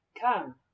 Come